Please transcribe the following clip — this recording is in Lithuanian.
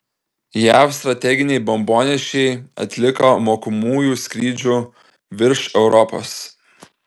jav strateginiai bombonešiai atliko mokomųjų skrydžių virš europos